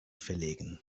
verlegen